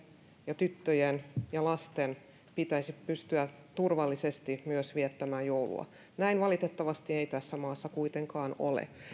ja tyttöjen ja lasten pitäisi pystyä turvallisesti viettämään joulua näin valitettavasti ei tässä maassa kuitenkaan ole